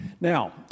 Now